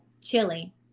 chili